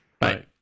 Bye